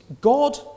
God